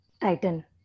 Titan